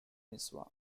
mitzvah